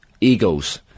egos